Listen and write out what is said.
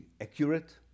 accurate